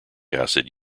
acid